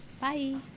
Bye